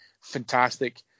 fantastic